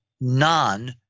non-